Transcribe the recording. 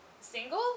Single